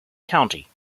county